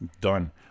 Done